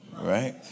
right